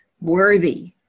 worthy